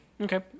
Okay